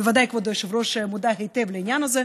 בוודאי כבוד היושב-ראש מודע היטב לעניין הזה.